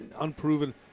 unproven